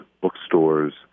bookstores